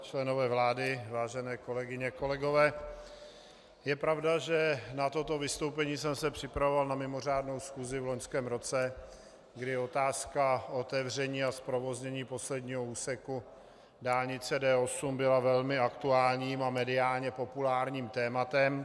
Členové vlády, vážené kolegyně, kolegové, je pravda, že na toto vystoupení jsem se připravoval na mimořádnou schůzi v loňském roce, kdy otázka otevření a zprovoznění posledního úseku dálnice D8 byla velmi aktuálním a mediálně populárním tématem.